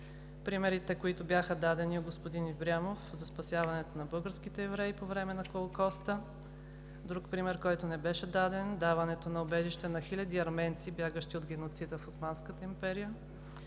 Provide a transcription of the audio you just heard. Примерите, които бяха дадени от господин Ибрямов за спасяването на българските евреи по време на Холокоста, друг пример, който не беше даден – даването на убежище на хиляди арменци, бягащи от геноцида в Османската империя,